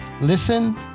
listen